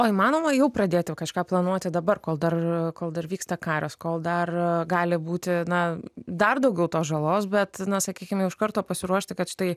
o įmanoma jau pradėti kažką planuoti dabar kol dar kol dar vyksta karas kol dar gali būti na dar daugiau tos žalos bet na sakykim jau iš karto pasiruošti kad štai